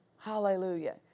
Hallelujah